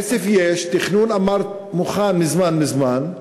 כסף, יש, תכנון, אמרת: מוכן מזמן מזמן.